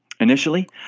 Initially